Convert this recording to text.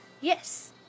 yes